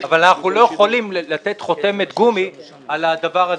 אבל אנחנו לא יכולים לתת חותמת גומי על הדבר הזה.